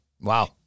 Wow